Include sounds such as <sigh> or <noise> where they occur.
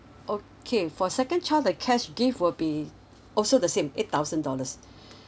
okay for second child the cash gift will be also the same eight thousand dollars <breath>